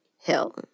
Hill